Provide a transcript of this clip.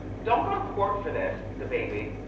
don't go to court for this, dababy.